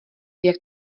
jak